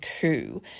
coup